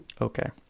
Okay